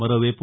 మరోవైపు